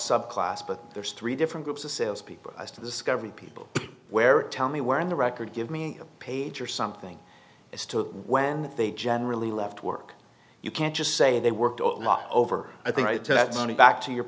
sub class but there's three different groups of sales people to discovery people where tell me where in the record give me a page or something as to when they generally left work you can't just say they worked all over i think that money back to your